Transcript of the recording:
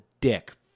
dick